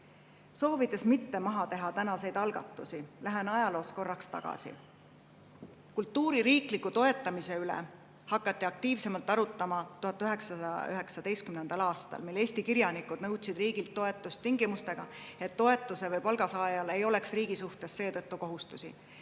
Soovides mitte maha teha tänaseid algatusi, lähen korraks ajaloos tagasi. Kultuuri riiklikku toetamist hakati aktiivsemalt arutama 1919. aastal, mil Eesti kirjanikud nõudsid riigilt toetust tingimusel, et toetuse- või palgasaajal ei [teki] riigi vastu seetõttu kohustusi.